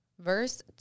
verse